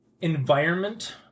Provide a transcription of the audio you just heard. environment